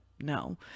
No